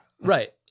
Right